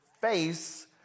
face